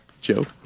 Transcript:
Joe